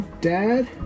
Dad